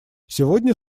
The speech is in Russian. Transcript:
сегодня